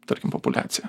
tarkim populiacija